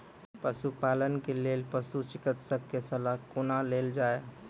पशुपालन के लेल पशुचिकित्शक कऽ सलाह कुना लेल जाय?